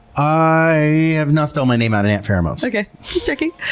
i have not spelled my name out in ant pheromones. okay. just checking.